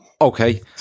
okay